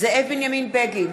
זאב בנימין בגין,